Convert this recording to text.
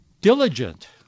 diligent